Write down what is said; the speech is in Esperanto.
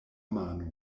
mano